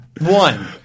One